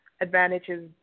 advantages